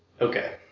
Okay